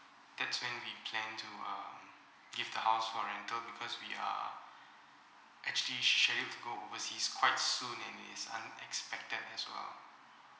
that's when we plan to um give the house for rental because we are actually scheduled to go overseas quite soon and it's unexpected as well